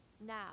Now